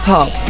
Pop